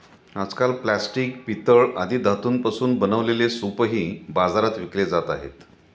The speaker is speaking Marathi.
आजकाल प्लास्टिक, पितळ आदी धातूंपासून बनवलेले सूपही बाजारात विकले जात आहेत